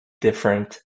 different